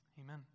Amen